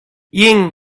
ying